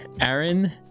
Aaron